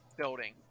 building